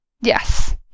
Yes